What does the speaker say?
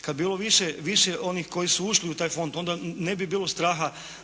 kad bi bilo više onih koji su ušli u taj fond onda ne bi bilo straha